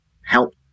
help